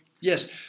Yes